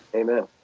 amen